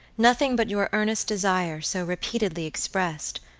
nothing but your earnest desire so repeatedly expressed,